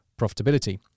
profitability